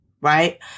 right